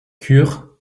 cure